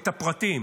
את הפרטים.